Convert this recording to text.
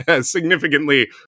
significantly